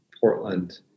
Portland